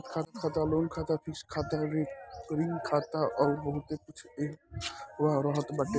बचत खाता, लोन खाता, फिक्स्ड खाता, रेकरिंग खाता अउर बहुते कुछ एहवा रहत बाटे